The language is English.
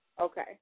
Okay